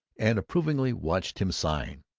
and approvingly watched him sign.